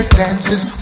dances